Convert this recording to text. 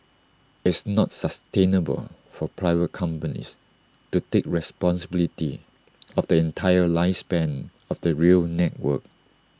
it's not sustainable for private companies to take responsibility of the entire lifespan of the rail network